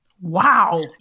Wow